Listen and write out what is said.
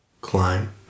climb